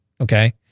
okay